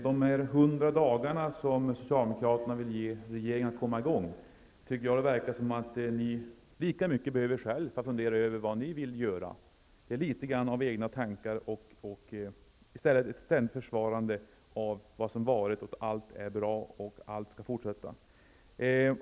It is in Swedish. De 100 dagar som socialdemokraterna vill ge regeringen för att komma i gång verkar de själva behöva lika mycket, för att fundera över vad de vill göra, i stället för att ständigt försvara det som varit och tycka att allt är bra och skall fortsätta.